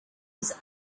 his